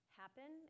happen